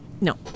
No